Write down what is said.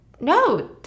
no